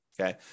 okay